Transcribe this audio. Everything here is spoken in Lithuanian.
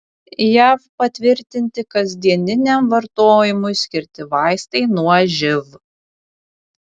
jav patvirtinti kasdieniniam vartojimui skirti vaistai nuo živ